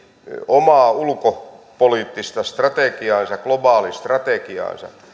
omaa ulkopoliittista strategiaansa globaalistrategiaansa